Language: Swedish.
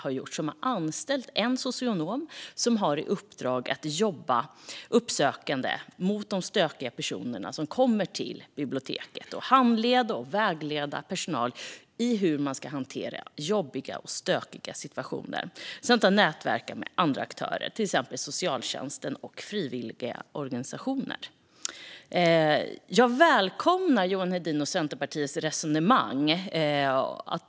Där har man anställt en socionom som har i uppdrag att jobba uppsökande mot de stökiga personer som kommer till biblioteket, handleda och vägleda personal i hur man ska hantera jobbiga och stökiga situationer samt nätverka med andra aktörer, till exempel socialtjänsten och frivilligorganisationer. Jag välkomnar Johan Hedins och Centerpartiets resonemang.